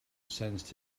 sensed